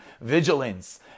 vigilance